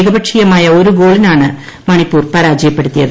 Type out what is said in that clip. ഏകപക്ഷീയമായ ഒരു ഗോളിനാ്ണ്ട് മണിപ്പൂർ പരാജയപ്പെടുത്തിയത്